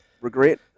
regret